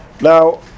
Now